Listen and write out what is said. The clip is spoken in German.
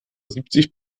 siebzig